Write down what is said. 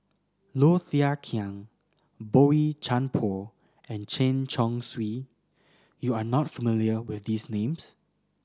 Low Thia Khiang Boey Chuan Poh and Chen Chong Swee you are not familiar with these names